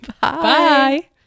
Bye